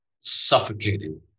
Suffocating